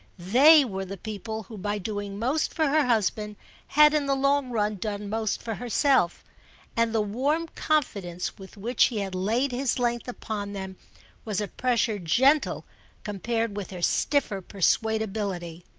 they were the people who by doing most for her husband had in the long run done most for herself and the warm confidence with which he had laid his length upon them was a pressure gentle compared with her stiffer persuadability.